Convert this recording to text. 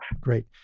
Great